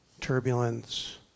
turbulence